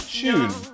tune